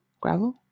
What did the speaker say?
gravel